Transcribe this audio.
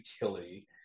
utility